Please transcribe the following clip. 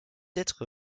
être